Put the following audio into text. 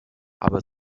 aber